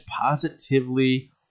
positively